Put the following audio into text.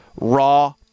raw